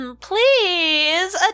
Please